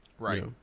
Right